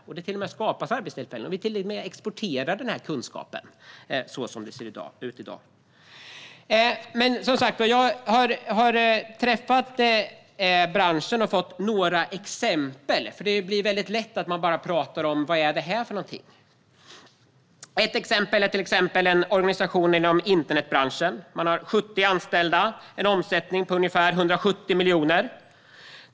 Jag har som sagt träffat personer i branschen och fått exempel på vad detta handlar om, något som man annars kanske undrar. Ett av dessa exempel är en organisation inom internetbranschen. Man har 70 anställda och en omsättning på ungefär 170 miljoner.